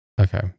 Okay